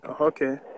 Okay